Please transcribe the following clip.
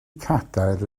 cadair